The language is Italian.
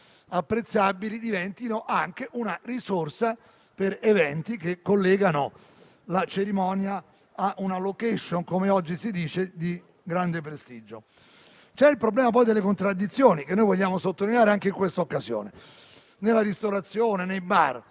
apprezzabili diventino anche una risorsa per eventi che collegano la cerimonia a una *location* - come oggi si dice - di grande prestigio. C'è, poi, il problema delle contraddizioni, che noi vogliamo sottolineare anche in questa occasione, nella ristorazione, nei bar.